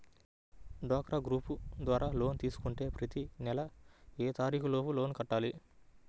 డ్వాక్రా గ్రూప్ ద్వారా లోన్ తీసుకుంటే ప్రతి నెల ఏ తారీకు లోపు లోన్ కట్టాలి?